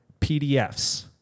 PDFs